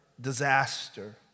disaster